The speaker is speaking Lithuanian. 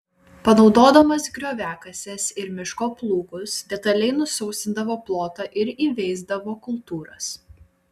panaudodamas grioviakases ir miško plūgus detaliai nusausindavo plotą ir įveisdavo kultūras